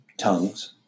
tongues